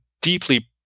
deeply